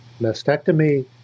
mastectomy